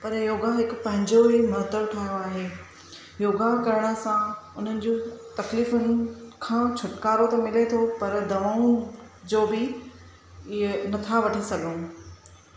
पर योगा हिकु पंहिंजो ई महत्व ठाहियो आहे योगा करण सां उन्हनि जूं तकलीफ़ुनि खां छुटकारो त मिले थो पर दवाऊं जो बि इहे न था वठी सघऊं